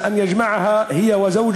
אני מבקש מאלוהים שייקח אותה ואת בעלה